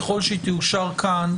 ככל שהיא תאושר כאן,